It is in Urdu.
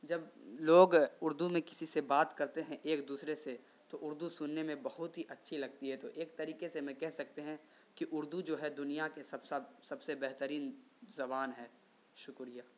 جب لوگ اردو میں کسی سے بات کرتے ہیں ایک دوسرے سے تو اردو سننے میں بہت ہی اچھی لگتی ہے تو ایک طریقے سے میں کہہ سکتے ہیں کہ اردو جو ہے دنیا کے سب سے بہترین زبان ہے شکریہ